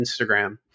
Instagram